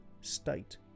state